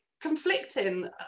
conflicting